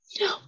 No